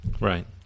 right